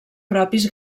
propis